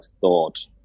thought